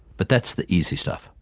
but that's the easy stuff.